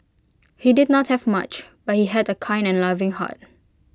he did not have much but he had A kind and loving heart